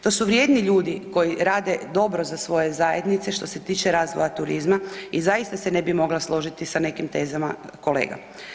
To su vrijedni ljudi koji rade dobro za svoje zajednice što se tiče razvoja turizma i zaista se ne bi mogla složiti sa nekim tezama kolega.